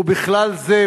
ובכלל זה,